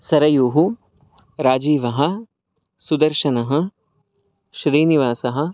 सरयुः राजीवः सुदर्शनः श्रीनिवासः